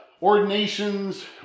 Ordinations